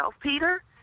Peter